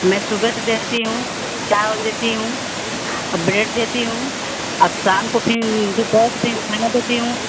मैं सुबह से देती हूँ चाय ओह देती हूँ ब्रेड देती हूँ अब शाम को फ़िर दोपहर को फ़िर खाना देती हूँ